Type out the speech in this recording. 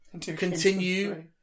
continue